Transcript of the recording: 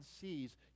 sees